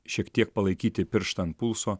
šiek tiek palaikyti pirštą ant pulso